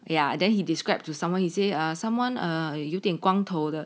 ya then he described to someone he say ah someone err 有点光头的